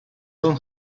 son